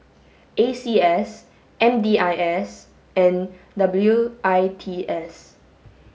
A C S M D I S and W I T S